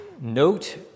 note